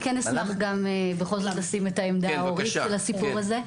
אני כן אשמח גם בכל זאת לשים את העמדה ההורית של הסיפור הזה.